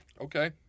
Okay